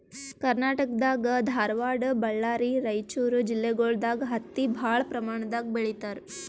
ಕರ್ನಾಟಕ್ ದಾಗ್ ಧಾರವಾಡ್ ಬಳ್ಳಾರಿ ರೈಚೂರ್ ಜಿಲ್ಲೆಗೊಳ್ ದಾಗ್ ಹತ್ತಿ ಭಾಳ್ ಪ್ರಮಾಣ್ ದಾಗ್ ಬೆಳೀತಾರ್